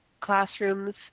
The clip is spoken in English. classrooms